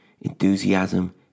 enthusiasm